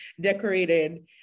decorated